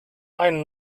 einem